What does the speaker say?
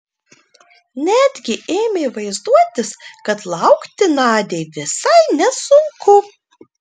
netgi ėmė vaizduotis kad laukti nadiai visai nesunku